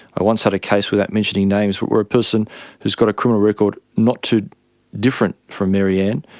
i once had a case, without mentioning names, where a person who's got a criminal record not too different from maryanne,